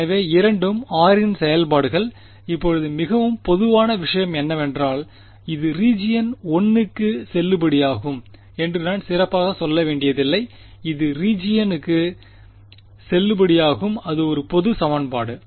எனவே இரண்டும் r இன் செயல்பாடுகள் இப்போது மிகவும் பொதுவான விஷயம் என்னவென்றால் இது ரீஜியன் 1 க்கு செல்லுபடியாகும் என்று நான் சிறப்பாக சொல்ல வேண்டியதில்லை இது ரீஜியன் க்கு செல்லுபடியாகும் அது ஒரு பொது சமன்பாடு